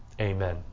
amen